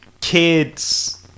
kids